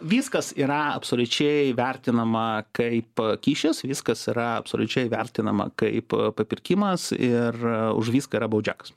viskas yra absoliučiai vertinama kaip kyšis viskas yra absoliučiai vertinama kaip papirkimas ir už viską yra baudžiakas